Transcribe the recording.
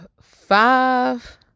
five